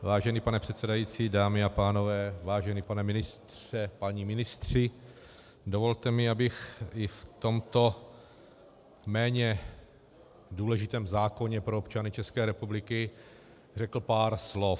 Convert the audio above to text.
Vážený pane předsedající, dámy a pánové, vážení páni ministři, dovolte mi, abych i v tomto méně důležitém zákoně pro občany České republiky řekl pár slov.